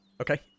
Okay